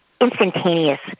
instantaneous